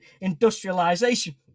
industrialization